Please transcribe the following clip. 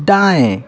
दाएँ